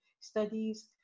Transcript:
studies